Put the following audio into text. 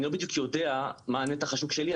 אני לא בדיוק יודע מה נתח השוק שלי.